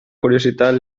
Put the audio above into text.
curiositat